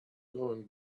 going